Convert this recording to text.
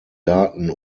daten